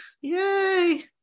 Yay